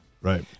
Right